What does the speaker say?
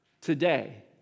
Today